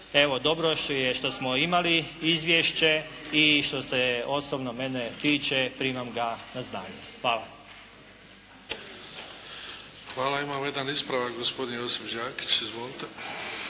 evo dobro što smo imali izvješće i što se osobno mene tiče, primam ga na znanje. Hvala. **Bebić, Luka (HDZ)** Hvala. Imamo jedan ispravak. Gospodin Josip Đakić. Izvolite.